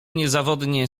niezawodnie